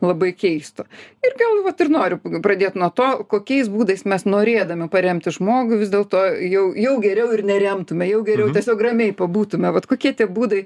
labai keisto ir gal vat ir noriu pradėt nuo to kokiais būdais mes norėdami paremti žmogų vis dėlto jau jau geriau ir neremtume jau geriau tiesiog ramiai pabūtume vat kokie tie būdai